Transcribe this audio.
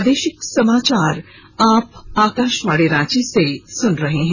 प्रादेशिक समाचार आप आकाशवाणी रांची से सुन रहे हैं